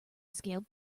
scaled